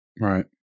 Right